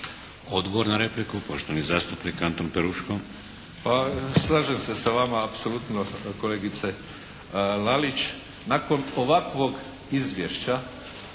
Odgovor na repliku poštovani zastupnik Antun Peruško. **Peruško, Anton (SDP)** Pa slažem se sa vama apsolutno kolegice Lalić. Nakon ovakvog izvješće